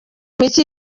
mike